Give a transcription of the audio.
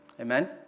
Amen